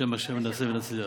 בשם השם נעשה ונצליח.